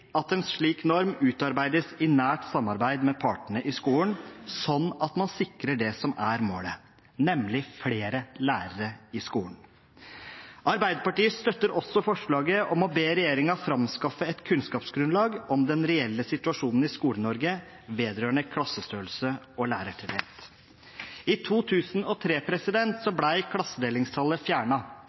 at en slik norm utarbeides i nært samarbeid med partene i skolen, slik at man sikrer det som er målet, nemlig flere lærere i skolen. Arbeiderpartiet støtter også forslaget om å be regjeringen framskaffe et kunnskapsgrunnlag om den reelle situasjonen i Skole-Norge vedrørende klassestørrelse og lærertetthet. I 2003 ble klassedelingstallet fjernet, men Stortinget sa klart fra at klassedelingstallet